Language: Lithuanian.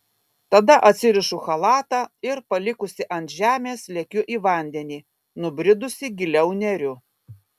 tada atsirišu chalatą ir palikusi ant žemės lekiu į vandenį nubridusi giliau neriu